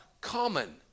common